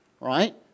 right